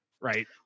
right